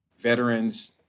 veterans